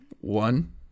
One